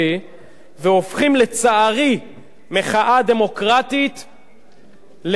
והופכים לצערי מחאה דמוקרטית לאנרכיה.